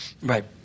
Right